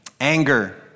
anger